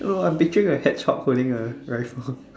no I'm picturing a hedgehog holding a rifle